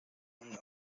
open